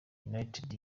united